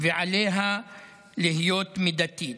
ועליה להיות מידתית.